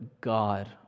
God